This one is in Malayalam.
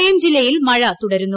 കോട്ടയം ജില്ലയിൽ മഴ തുടരുന്നു